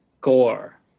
gore